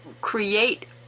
create